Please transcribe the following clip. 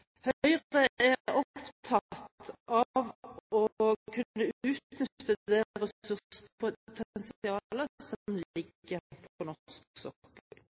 Høyre er opptatt av å kunne utnytte det ressurspotensialet som ligger på